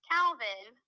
Calvin